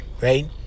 right